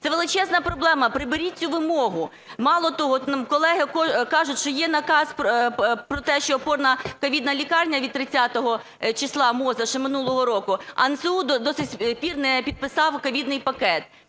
Це величезна проблема. Приберіть цю вимогу. Мало того, колеги кажуть, що є наказ про те, що опорна ковідна лікарня від 30 числа МОЗу ще минулого року, а НСЗУ до сих пір не підписав ковідний пакет.